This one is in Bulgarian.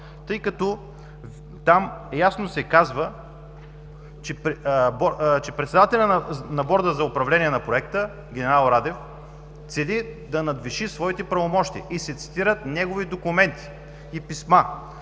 Тъй като там ясно се казва, че председателят на Борда за управление на проекта – генерал Радев, цели да надвиши своите правомощия и се цитират негови документи и писма